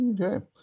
Okay